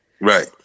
right